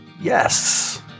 Yes